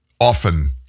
Often